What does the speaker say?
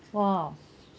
oh